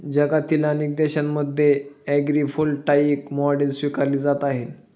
जगातील अनेक देशांमध्ये ॲग्रीव्होल्टाईक मॉडेल स्वीकारली जात आहे